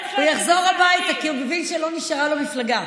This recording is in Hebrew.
הוא יחזור הביתה כי הוא מבין שלא נשארה לו מפלגה.